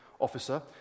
officer